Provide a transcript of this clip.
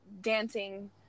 dancing